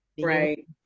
Right